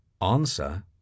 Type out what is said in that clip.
Answer